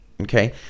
okay